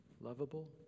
Lovable